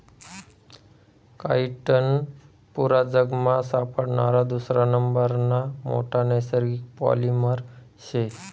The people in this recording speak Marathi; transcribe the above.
काइटीन पुरा जगमा सापडणारा दुसरा नंबरना मोठा नैसर्गिक पॉलिमर शे